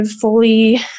fully